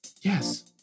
Yes